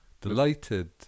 delighted